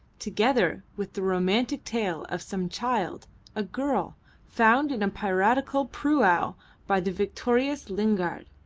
together with the romantic tale of some child a girl found in a piratical prau by the victorious lingard,